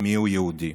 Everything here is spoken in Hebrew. מיהו יהודי.